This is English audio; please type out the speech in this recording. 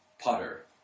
putter